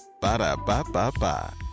Ba-da-ba-ba-ba